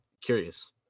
curious